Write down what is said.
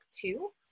two